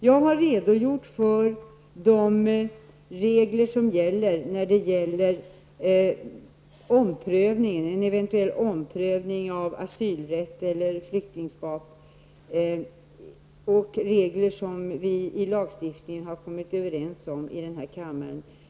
Jag har redogjort för de regler som gäller vid en eventuell omprövning av asylrätt eller flyktingstatus och de regler i lagstiftningen som vi kommit överens om i denna kammare.